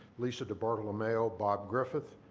lisa dibartolomeo, bob griffith,